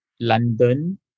London